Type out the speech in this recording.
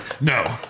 No